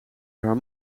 haar